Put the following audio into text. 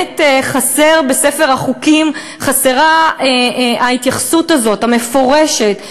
חסרה בספר החוקים ההתייחסות המפורשת הזאת,